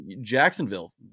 Jacksonville